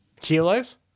Kilos